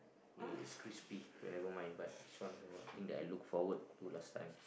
it it's crispy but nevermind but this one is the one thing that I look forward to last time